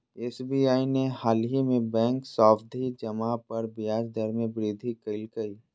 SBI ने हालही में बैंक सावधि जमा पर ब्याज दर में वृद्धि कइल्कय